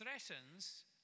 threatens